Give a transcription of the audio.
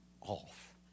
off